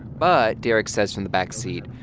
but, derek says from the back seat,